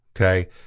Okay